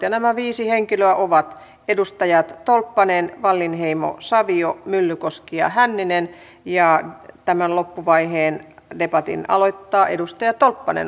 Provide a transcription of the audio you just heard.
nämä viisi henkilöä ovat edustajat tolppanen wallinheimo savio myllykoski ja hänninen ja tämän loppuvaiheen debatin aloittaa edustaja tolppanen olkaa hyvä